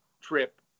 trip